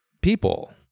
people